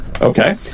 Okay